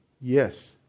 yes